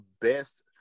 best